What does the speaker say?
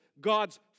God's